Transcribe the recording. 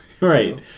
Right